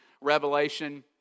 Revelation